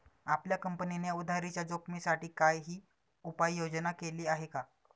आपल्या कंपनीने उधारीच्या जोखिमीसाठी काही उपाययोजना केली आहे का?